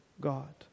God